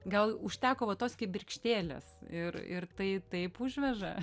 gal užteko va tos kibirkštėlės ir ir tai taip užveža